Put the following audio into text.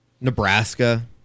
Nebraska